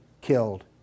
killed